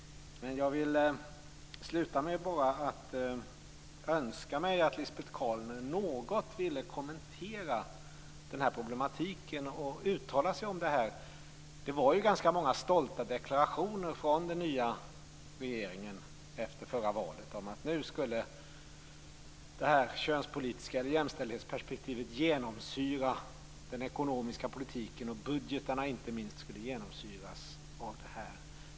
Men jag vill sluta med att önska att Lisbet Calner något kommenterar den här problematiken och uttalar sig om det här. Det var ganska många stolta deklarationer från den nya regeringen efter förra valet om att det könspolitiska jämställdhetsperspektivet skulle genomsyra den ekonomiska politiken och inte minst genomsyra budgetarna.